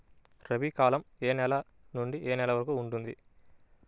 రబీ కాలం ఏ నెల నుండి ఏ నెల వరకు ఉంటుంది?